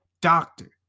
doctor